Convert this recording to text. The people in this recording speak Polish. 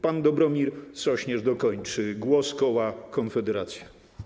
Pan Dobromir Sośnierz dokończy głos koła Konfederacja.